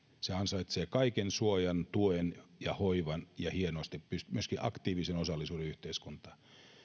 se ansaitsee kaiken suojan tuen ja hoivan ja myöskin aktiivisen osallisuuden yhteiskuntaan